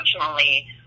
unfortunately